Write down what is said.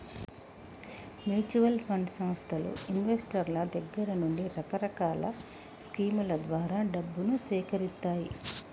mutual fund సంస్థలు ఇన్వెస్టర్ల దగ్గర నుండి రకరకాల స్కీముల ద్వారా డబ్బును సేకరిత్తాయి